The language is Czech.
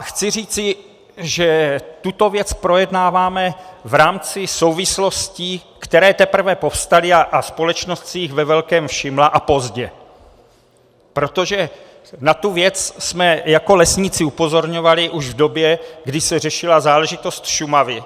Chci říci, že tuto věc projednáváme v rámci souvislostí, které teprve povstaly, a společnost si jich ve velkém všimla, a pozdě, protože na tuto věc jsme jako lesníci upozorňovali už v době, kdy se řešila záležitost Šumavy.